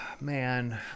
Man